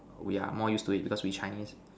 we are more used to it because we Chinese